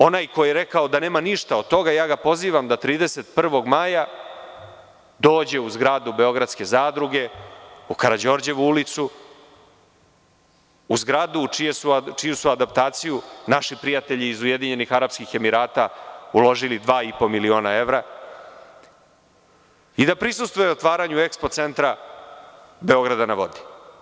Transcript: Onaj ko je rekao da nema ništa od toga, pozivam ga da 31. maja dođe u zgradu Beogradske zadruge, u Karađorđevu ulicu, u zgradu čiju su adaptaciju naši prijatelji iz Ujedinjenih arapskih Emirata uložili dva i po miliona evra i da prisustvuje otvaranju ekspo centra Beograda na vodi.